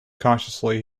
cautiously